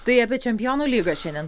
tai apie čempionų lygą šiandien